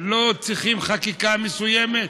לא צריכים חקיקה מסוימת,